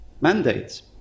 mandates